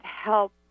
help